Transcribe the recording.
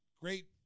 great